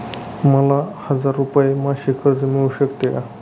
मला हजार रुपये मासिक कर्ज मिळू शकते का?